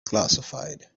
classified